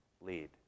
lead